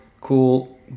cool